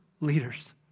leaders